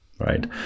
right